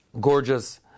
gorgeous